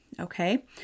okay